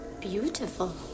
beautiful